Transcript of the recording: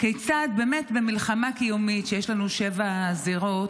כיצד במלחמה קיומית, כשיש לנו שבע זירות,